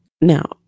Now